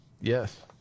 Yes